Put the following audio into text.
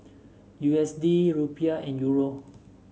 U S D Rupiah and Euro